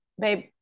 babe